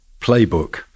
playbook